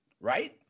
right